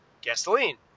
gasoline